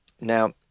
Now